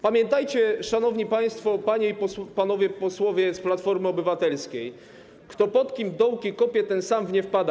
Pamiętajcie, szanowni państwo, panie i panowie posłowie z Platformy Obywatelskiej, kto pod kim dołki kopie, ten sam w nie wpada.